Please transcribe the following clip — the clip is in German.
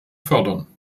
fördern